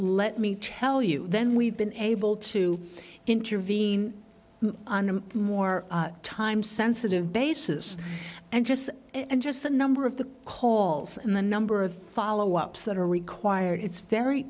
let me tell you then we've been able to intervene on him more time sensitive basis and just in just the number of the coals and the number of follow ups that are required it's very